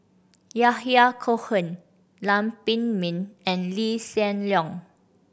Yahya Cohen Lam Pin Min and Lee Hsien Loong